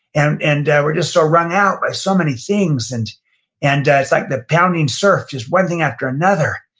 and and we're just so wrung out by so many things and and it's like the pounding surf, just one thing after another.